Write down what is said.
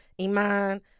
Iman